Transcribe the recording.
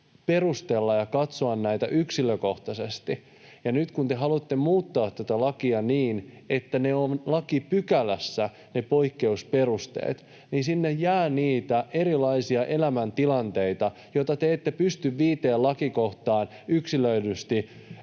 perustella ja katsoa näitä yksilökohtaisesti, mutta nyt kun te haluatte muuttaa tätä lakia niin, että ne poikkeusperusteet ovat lakipykälässä, niin sinne jää niitä erilaisia elämäntilanteita, joita te ette pysty viiteen lakikohtaan yksilöidysti